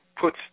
put